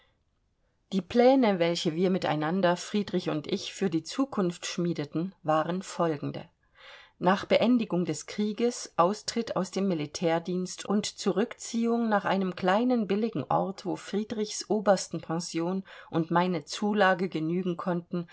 die pläne welche wir miteinander friedrich und ich für die zukunft schmiedeten waren folgende nach beendigung des krieges austritt aus dem militärdienst und zurückziehung nach einem kleinen billigen ort wo friedrichs obersten pension und meine zulage genügen konnten